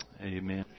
Amen